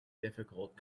difficult